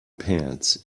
pants